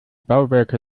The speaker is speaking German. bauwerke